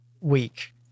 week